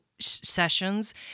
sessions